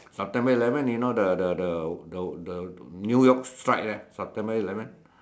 September eleven you know the the the the the new York strike there September eleven